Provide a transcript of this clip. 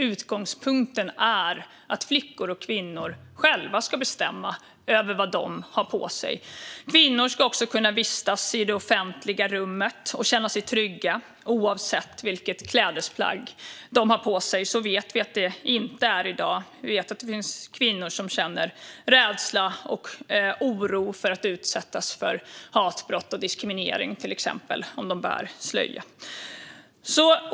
Utgångspunkten är att flickor och kvinnor själva ska bestämma över vad de har på sig. Kvinnor ska också kunna känna sig trygga i det offentliga rummet oavsett vilka klädesplagg de har på sig. Så vet vi att det inte är i dag. Vi vet att det finns kvinnor som känner rädsla och oro för att utsättas för till exempel hatbrott och diskriminering om de bär slöja.